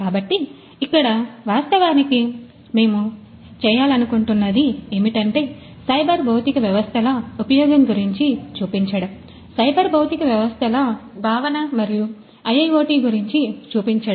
కాబట్టి ఇక్కడ వాస్తవానికి మేము చేయాలనుకుంటున్నది ఏమిటంటే సైబర్ భౌతిక వ్యవస్థల ఉపయోగం గురించి చూపించడం సైబర్ భౌతిక వ్యవస్థల భావన మరియు IIoT గురించి చూపించడం